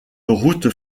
route